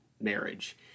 marriage